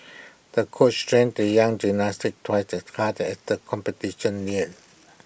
the coach trained the young gymnast twice as hard as the competition neared